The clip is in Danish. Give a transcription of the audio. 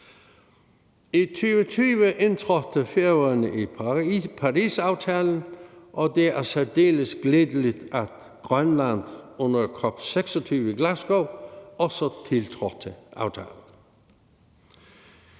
I 2020 indtrådte Færøerne i Parisaftalen, og det er særdeles glædeligt, at Grønland under COP26 i Glasgow også tiltrådte aftalen.